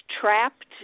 trapped